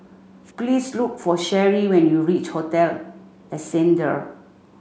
please look for Sheri when you reach Hotel Ascendere